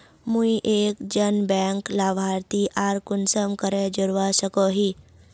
मुई एक जन बैंक लाभारती आर कुंसम करे जोड़वा सकोहो ही?